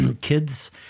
kids